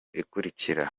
ikurikira